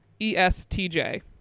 ESTJ